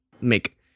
make